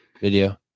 video